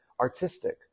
artistic